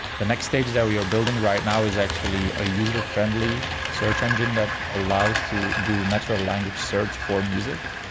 the next stage that we are building right now is actually a user friendly search engine that allows to do natural language search for music.